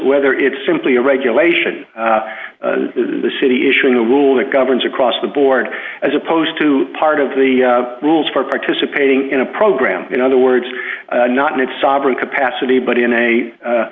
whether it's simply a regulation the city issuing a rule that governs across the board as opposed to part of the rules for participating in a program in other words not in its sovereign capacity but in a